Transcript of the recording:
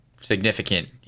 significant